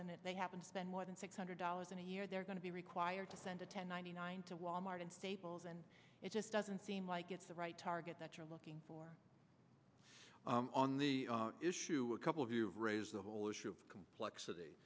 and they happen to spend more than six hundred dollars a year they're going to be required to send a ten ninety nine to wal mart and staples and it just doesn't seem like it's the right target that you're looking for on the issue a couple of you've raised the whole issue of complexity